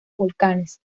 volcanes